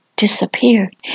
Disappeared